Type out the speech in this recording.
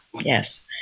yes